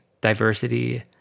Diversity